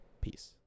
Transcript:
Peace